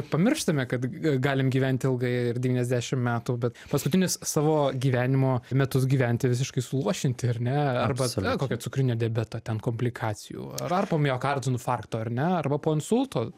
pamirštame kad galim gyventi ilgai ir devyniasdešimt metų bet paskutinius savo gyvenimo metus gyventi visiškai suluošinti ar ne arba na kokio cukrinio diabeto ten komplikacijų ar po miokardo infarkto ar ne arba po insulto